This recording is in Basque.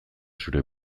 zure